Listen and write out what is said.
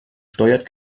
steuert